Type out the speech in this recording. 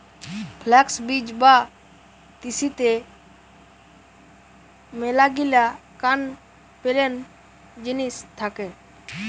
flux বীজ বা তিসিতে মেলাগিলা কান পেলেন জিনিস থাকে